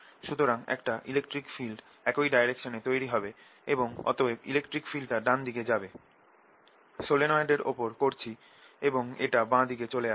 সুতরাং একটা electric field একই ডাইরেকশনে তৈরি হবে এবং অতএব ইলেকট্রিক ফিল্ডটা ডান দিকে যাবে সোলেনোয়েড এর ওপর করছি এবং এটা বাঁ দিকে চলে আসে